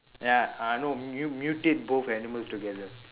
ya uh no mu~ mutate both animals together